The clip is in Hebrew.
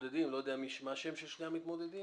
המתמודדים מה השם של שני המתמודדים?